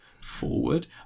forward